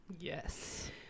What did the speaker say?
Yes